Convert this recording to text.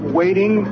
waiting